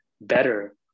better